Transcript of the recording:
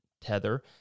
tether